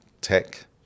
tech